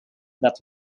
that